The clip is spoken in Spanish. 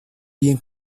bien